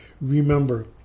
remember